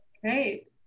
Great